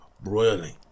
broiling